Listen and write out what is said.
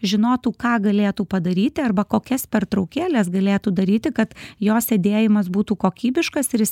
žinotų ką galėtų padaryti arba kokias pertraukėles galėtų daryti kad jo sėdėjimas būtų kokybiškas ir jis